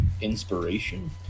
inspiration